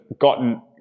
gotten